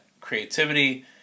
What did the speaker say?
creativity